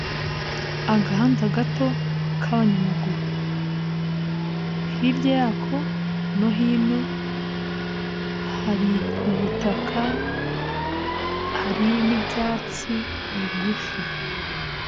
Agahanda gato k'abanyamaguru, hirya yako no hino hari ubutaka, hari n'ibyatsi bigufi.